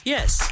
Yes